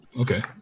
okay